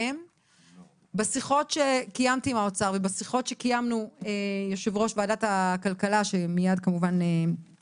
בשיחות שקיימתי עם האוצר ובשיחות שקיימתי אם יושב-ראש ועדת הכלכלה עלתה